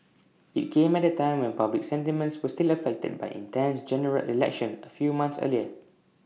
IT came at A time when public sentiments were still affected by an intense General Election A few months earlier